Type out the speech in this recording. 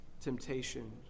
temptation